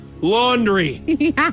Laundry